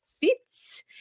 Fitz